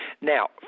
Now